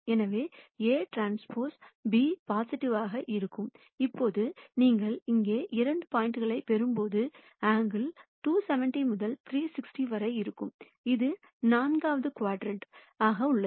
எனவே Aᵀ b பொசிடிவிவாக இருக்கும் இப்போது நீங்கள் இங்கே இரண்டு பாயிண்ட்களைப் பெறும்போது அங்கிள்கள் 270 முதல் 360 வரை இருக்கும் இது நான்காவது க்வாட்டரண்ட் உள்ளது